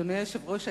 אדוני היושב-ראש,